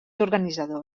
organitzador